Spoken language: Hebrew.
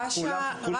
רש"א לא קשורים.